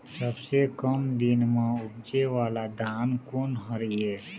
सबसे कम दिन म उपजे वाला धान कोन हर ये?